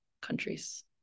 countries